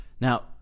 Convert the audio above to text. Now